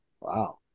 wow